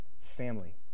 family